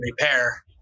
repair